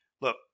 Look